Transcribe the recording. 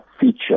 feature